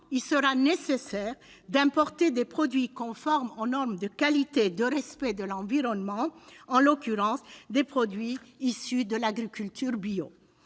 il sera nécessaire d'importer des produits conformes aux normes de qualité et de respect de l'environnement, en l'occurrence des produits issus de l'agriculture bio.